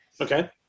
Okay